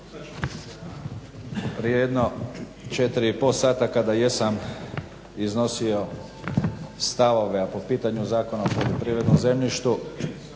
Prije jedno 4 i pol sata kada jesam iznosio stavove, a po pitanju Zakona o poljoprivrednom zemljištu